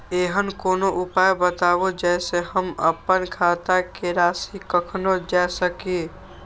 ऐहन कोनो उपाय बताबु जै से हम आपन खाता के राशी कखनो जै सकी?